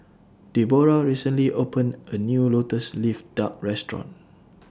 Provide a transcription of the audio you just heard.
Deborrah recently opened A New Lotus Leaf Duck Restaurant